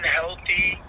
healthy